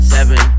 Seven